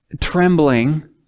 trembling